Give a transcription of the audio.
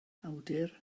awdur